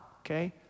okay